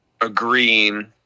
agreeing